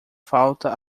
falta